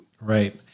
Right